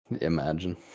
Imagine